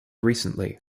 recently